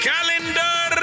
Calendar